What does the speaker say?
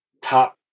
top